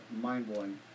mind-blowing